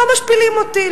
לא משפילים אותי,